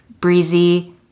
breezy